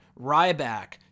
Ryback